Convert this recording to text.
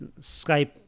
Skype